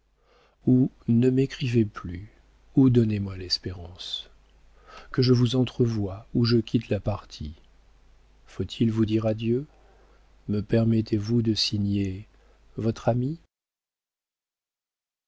ou ne m'écrivez plus ou donnez-moi l'espérance que je vous entrevoie ou je quitte la partie faut-il vous dire adieu me permettez-vous de signer votre ami